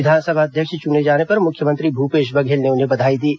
विधानसभा अध्यक्ष चुने जाने पर मुख्यमंत्री भूपेश बघेल ने उन्हें बधाई दी है